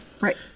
Right